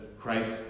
Christ